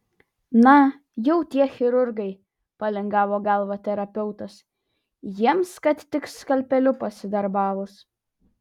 na jau tie chirurgai palingavo galvą terapeutas jiems kad tik skalpeliu pasidarbavus